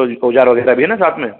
और औज़ार वगैरह भी है ना साथ में